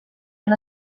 han